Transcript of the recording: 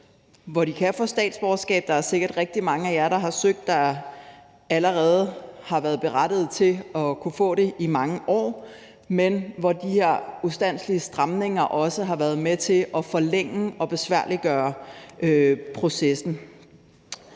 hvor de kan få statsborgerskab. Der er sikkert rigtig mange af jer, der har søgt, der allerede har været berettiget til at kunne få det i mange år, men hvor de her ustandselige stramninger også har været med til at forlænge og besværliggøre processen.